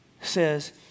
Says